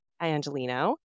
Angelino